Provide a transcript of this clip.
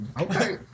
Okay